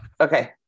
Okay